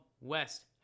West